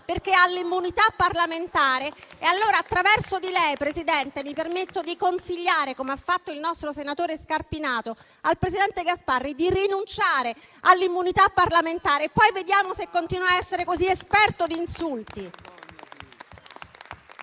perché ha l'immunità parlamentare. Attraverso di lei, signor Presidente, mi permetto allora di consigliare, come ha fatto il nostro senatore Scarpinato, al presidente Gasparri di rinunciare all'immunità parlamentare e poi vediamo se continua a essere così esperto di insulti.